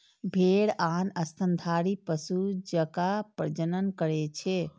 भेड़ आन स्तनधारी पशु जकां प्रजनन करै छै